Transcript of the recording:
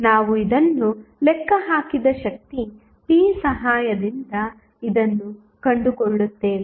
ನಾವು ಇದನ್ನು ಲೆಕ್ಕ ಹಾಕಿದ ಶಕ್ತಿ p ಸಹಾಯದಿಂದ ಇದನ್ನು ಕಂಡುಕೊಳ್ಳುತ್ತೇವೆ